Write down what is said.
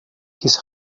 his